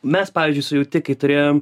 mes pavyzdžiui su jauti kai turėjom